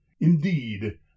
indeed